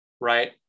right